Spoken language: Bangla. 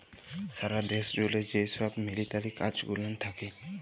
সারা দ্যাশ জ্যুড়ে যে ছব মিলিটারি কাজ গুলান থ্যাকে